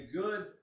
good